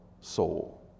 soul